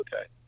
okay